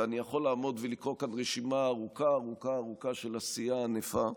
ואני יכול לעמוד ולקרוא כאן רשימה ארוכה ארוכה של עשייה ענפה.